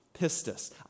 Pistis